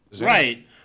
Right